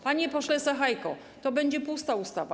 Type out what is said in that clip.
Panie pośle Sachajko, to będzie pusta ustawa.